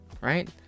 right